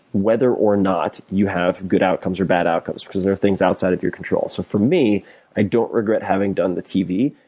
whether or not you have good outcomes or bad outcomes because there are things outside of your control. so for me i don't regret having done the tv,